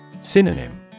Synonym